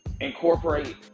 incorporate